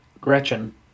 Gretchen